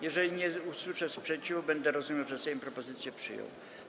Jeżeli nie usłyszę sprzeciwu, będę rozumiał, że Sejm propozycje przyjął.